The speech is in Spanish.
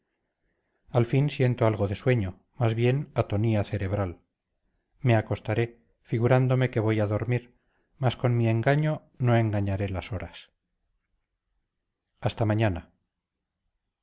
al fin siento algo de sueño más bien atonía cerebral me acostaré figurándome que voy a dormir mas con mi engaño no engañaré las horas hasta mañana